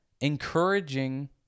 encouraging